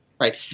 right